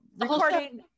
recording